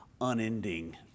unending